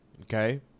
okay